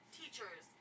teachers